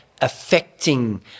affecting